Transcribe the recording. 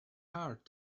hard